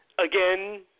again